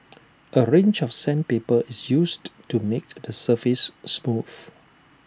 A range of sandpaper is used to make the surface smooth